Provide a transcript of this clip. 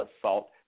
assault